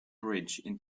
bridge